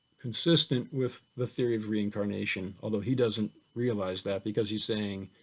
consistent with the three of reincarnation, although he doesn't realize that because he's saying